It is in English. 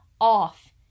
off